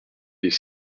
est